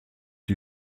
die